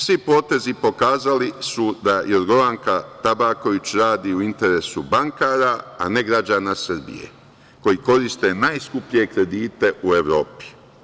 Svi potezi pokazali su da Jorgovanka Tabaković u interesu bankara, a ne građana Srbije koji koriste najskuplje kredite u Evropi.